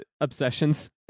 obsessions